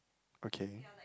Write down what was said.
okay